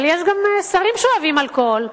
אבל יש גם שרים שאוהבים אלכוהול,